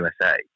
USA